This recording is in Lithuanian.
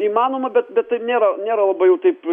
įmanoma bet bet tai nėra nėra labai jau taip